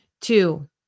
Two